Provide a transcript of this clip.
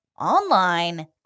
online